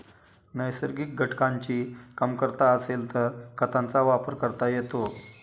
नैसर्गिक घटकांची कमतरता असेल तर खतांचा वापर करता येतो